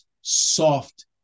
soft